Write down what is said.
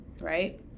right